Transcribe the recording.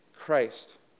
Christ